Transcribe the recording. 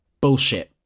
bullshit